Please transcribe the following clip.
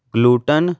gluten